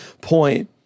point